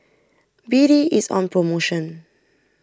B D is on promotion